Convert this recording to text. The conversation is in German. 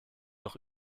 noch